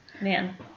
Man